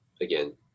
again